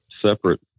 separate